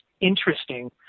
interesting